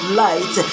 light